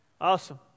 Awesome